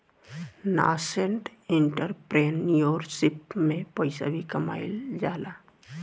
nascent entrepreneurship में पइसा भी कामयिल जाला